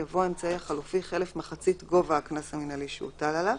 יבוא האמצעי החלופי חלף מחצית גובה הקנס המינהלי שהוטל עליו,